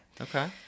Okay